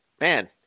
Man